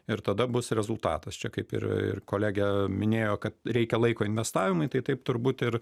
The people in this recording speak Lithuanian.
ir tada bus rezultatas čia kaip ir ir kolegė minėjo kad reikia laiko investavimui tai taip turbūt ir